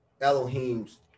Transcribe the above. Elohim's